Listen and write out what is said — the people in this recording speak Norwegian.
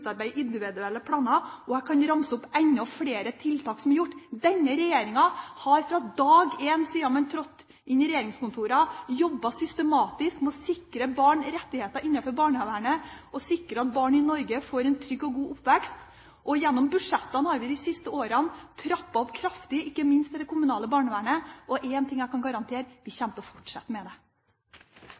utarbeide individuelle planer. Jeg kan ramse opp enda flere tiltak. Denne regjeringen har fra dag én – siden den trådte inn i regjeringskontorene – jobbet systematisk med å sikre barns rettigheter innenfor barnevernet, og å sikre at barn i Norge får en trygg og god oppvekst. Gjennom budsjettene har vi de siste årene trappet opp kraftig, ikke minst i det kommunale barnevernet. Og én ting kan jeg garantere: Vi kommer til å fortsette med det.